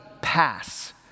pass